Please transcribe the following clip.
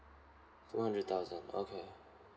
two hundred thousand okay